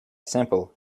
simple